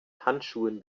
handschuhen